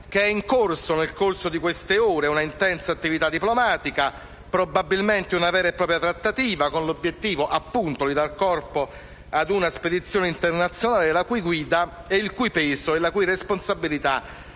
che in queste ore sia in corso un'intensa attività diplomatica, probabilmente una vera e propria trattativa, con l'obiettivo di dar corpo ad una spedizione internazionale, la cui guida, il cui peso e la cui responsabilità